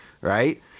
right